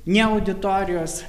ne auditorijos